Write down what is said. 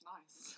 Nice